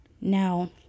Now